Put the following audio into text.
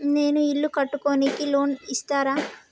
నేను ఇల్లు కట్టుకోనికి లోన్ ఇస్తరా?